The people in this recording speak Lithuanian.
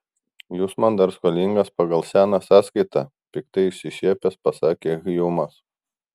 jūs man dar skolingas pagal seną sąskaitą piktai išsišiepęs pasakė hjumas